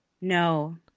No